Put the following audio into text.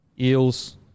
Eels